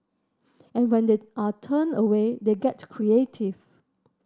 and when they are turned away they get creative